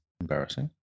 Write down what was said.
embarrassing